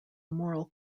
moral